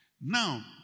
Now